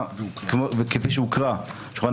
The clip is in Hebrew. יש עתיד,